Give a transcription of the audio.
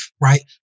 right